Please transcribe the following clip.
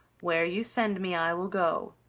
where you send me i will go,